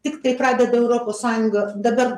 tiktai pradeda europos sąjunga dabar